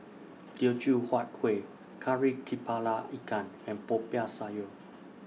Teochew Huat Kuih Kari Kepala Ikan and Popiah Sayur